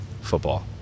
football